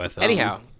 Anyhow